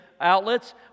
Outlets